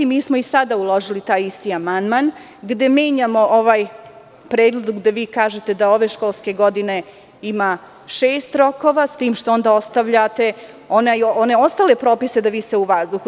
Mi smo i sada uložili taj isti amandman gde menjamo ovaj deo gde kažete da ove školske godine ima šest rokova, s tim što ostavljate one ostale propise da vise u vazduhu.